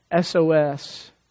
SOS